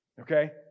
Okay